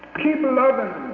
keep loving